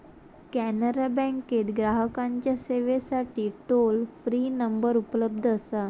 कॅनरा बँकेत ग्राहकांच्या सेवेसाठी टोल फ्री नंबर उपलब्ध असा